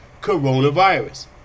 coronavirus